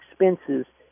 expenses